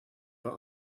but